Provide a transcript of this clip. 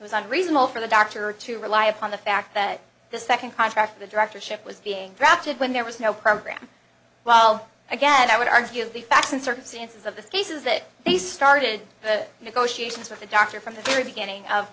was on reasonable for the doctor to rely upon the fact that this second contract the directorship was being drafted when there was no program well again i would argue the facts and circumstances of this case is that they started the negotiations with the doctor from the very beginning of